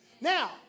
Now